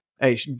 Hey